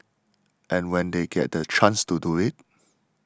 and when they get the chance to do it